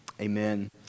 amen